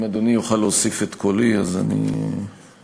אם אדוני יוכל להוסיף את קולי אז אני אשאר כאן.